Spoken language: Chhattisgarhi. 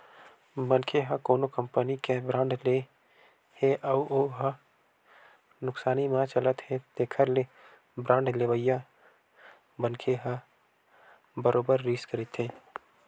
मनखे ह कोनो कंपनी के बांड ले हे अउ हो ह नुकसानी म चलत हे तेखर ले बांड लेवइया मनखे ह बरोबर रिस्क रहिथे